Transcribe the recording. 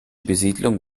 besiedlung